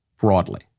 broadly